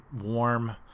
warm